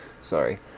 Sorry